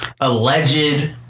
alleged